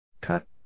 Cut